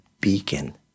beacon